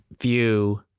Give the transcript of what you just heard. view